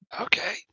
Okay